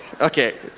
okay